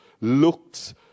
looked